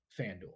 Fanduel